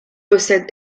possède